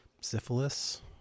syphilis